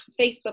Facebook